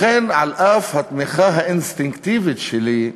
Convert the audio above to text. לכן, על אף התמיכה האינסטינקטיבית שלי,